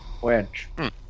wench